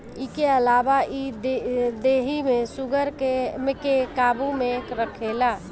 इके अलावा इ देहि में शुगर के काबू में रखेला